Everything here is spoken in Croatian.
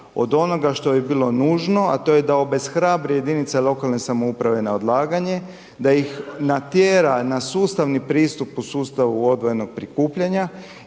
od onoga što bi bilo nužno, a to je da obeshrabri jedinice lokalne samouprave na odlaganje da ih natjera na sustavni pristup u sustavu odvojenog prikupljanja